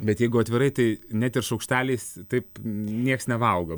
bet jeigu atvirai tai net ir šaukšteliais taip nieks nevalgo